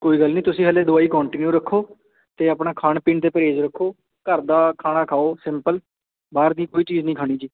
ਕੋਈ ਗੱਲ ਨਹੀਂ ਤੁਸੀਂ ਹਲੇ ਦਵਾਈ ਕੋਂਟੀਨਿਊ ਰੱਖੋ ਅਤੇ ਆਪਣਾ ਖਾਣ ਪੀਣ 'ਤੇ ਪ੍ਰਹੇਜ਼ ਰੱਖੋ ਘਰ ਦਾ ਖਾਣਾ ਖਾਓ ਸਿੰਪਲ ਬਾਹਰ ਦੀ ਕੋਈ ਚੀਜ਼ ਨਹੀਂ ਖਾਣੀ ਜੀ